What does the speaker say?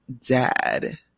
Dad